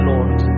Lord